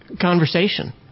conversation